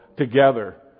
together